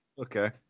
Okay